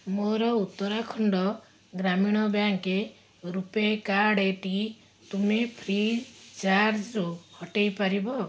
ମୋର ଉତ୍ତରାଖଣ୍ଡ ଗ୍ରାମୀଣ ବ୍ୟାଙ୍କ୍ ରୂପୈ କାର୍ଡ଼୍ଟି ତୁମେ ଫ୍ରିଚାର୍ଜ୍ରୁ ହଟାଇ ପାରିବ